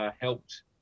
helped